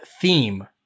theme